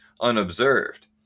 unobserved